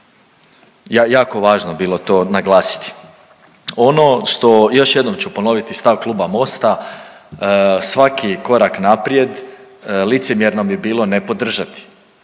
jako važno bilo to naglasiti. Ono što još jednom ću ponoviti i stav Kluba Mosta, svaki korak naprijed, licemjerno bi bilo ne podržati